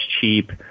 cheap